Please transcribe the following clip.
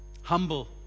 humble